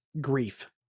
grief